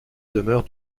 demeure